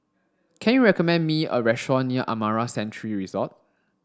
can you recommend me a restaurant near Amara Sanctuary Resort